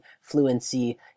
fluency